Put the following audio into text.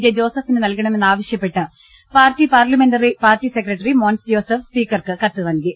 J ജോസഫിന് നൽകണമെന്നാവശ്യപ്പെട്ട് party parliamentary party secretary Mons Joseph സ്പീക്കർക്ക് കത്ത് നൽകി